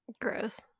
Gross